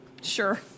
sure